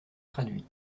traduit